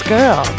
Girl